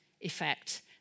effect